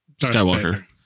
Skywalker